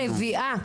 את אמא לביאה.